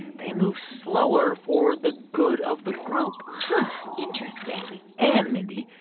they move slower for the good of the group interesting and, mindy,